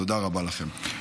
תודה רבה לכם.